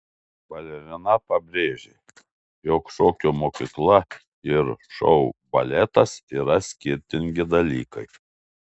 balerina pabrėžė jog šokių mokykla ir šou baletas yra skirtingi dalykai